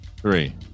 three